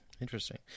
Interesting